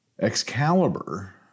excalibur